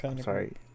Sorry